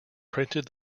printed